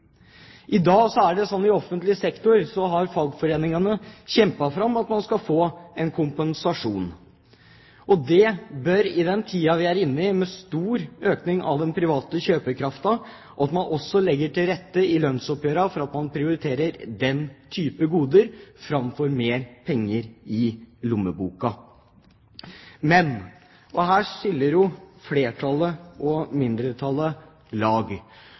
I offentlig sektor har fagforeningene kjempet fram at man skal få en kompensasjon, og det bør – i den tiden vi er inne i med stor økning i privat kjøpekraft – det også legges til rette for i lønnsoppgjøret, at man prioriterer denne typen goder framfor mer penger i lommeboka. Her skiller flertallet og mindretallet lag.